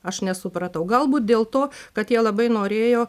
aš nesupratau galbūt dėl to kad jie labai norėjo